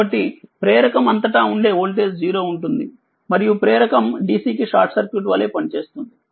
కాబట్టి ప్రేరక అంతటా ఉండే వోల్టేజ్ 0 ఉంటుంది మరియు ప్రేరకం DC కి షార్ట్ సర్క్యూట్ వలె పనిచేస్తుంది